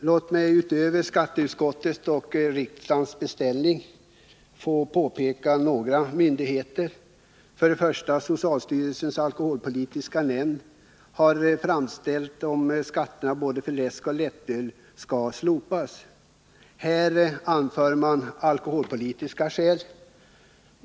Låt mig förutom skatteutskottet och riksdagen få nämna några myndigheter. För det första har socialstyrelsens alkoholpolitiska nämnd framställt förslag om att skatterna på både läsk och lättöl skall slopas. Man anför alkoholpolitiska skäl.